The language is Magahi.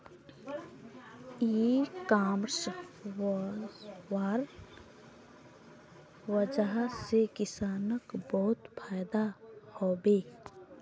इ कॉमर्स वस्वार वजह से किसानक बहुत फायदा हबे